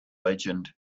legend